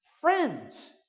friends